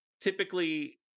typically